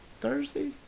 Thursday